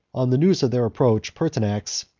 on the news of their approach, pertinax,